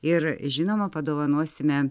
ir žinoma padovanosime